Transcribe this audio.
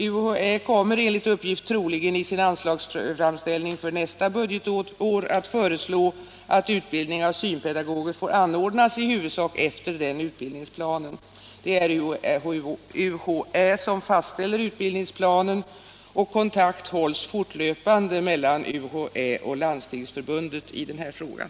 UHÄ kommer enligt uppgift troligen i sin anslagsframställning för nästa budgetår att föreslå att utbildning av synpedagoger får anordnas i huvudsak efter den utbildningsplanen. Det är UHÄ som fastställer utbildningsplanen, och kontakt hålls fortlöpande mellan UHÄ och Landstingsförbundet i den här frågan.